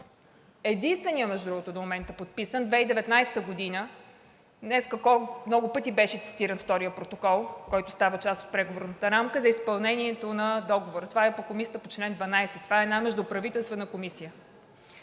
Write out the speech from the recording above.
единствения, между другото, до момента подписан – 2019 г., днес много пъти беше цитиран вторият протокол, който става част от Преговорната рамка, за изпълнението на Договора. Това е по Комисията по чл. 12. Това е една междуправителствена комисия.